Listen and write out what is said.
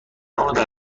مادر